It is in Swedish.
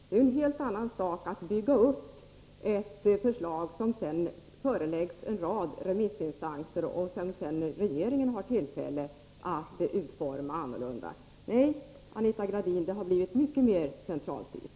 Det är en helt annan sak att bygga upp ett förslag, som sedan föreläggs en rad remissinstanser och som regeringen därefter har tillfälle att utforma annorlunda. Nej, Anita Gradin, arbetet har blivit mycket mer centralstyrt.